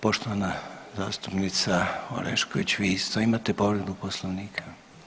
Poštovana zastupnica Orešković, vi isto imate povredu Poslovnika.